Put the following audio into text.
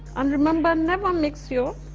and remember never mix you